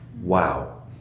Wow